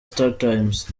startimes